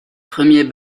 premier